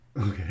Okay